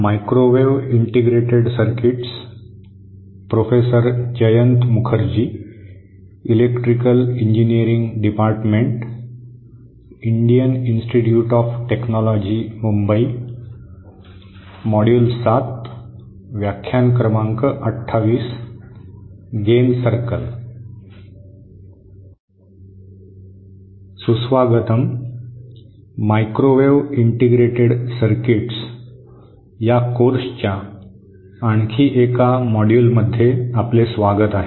सुस्वागतम या कोर्सच्या मायक्रोवेव्ह इंटिग्रेटेड सर्किट्स या आणखी एका मॉड्यूलमध्ये आपले स्वागत आहे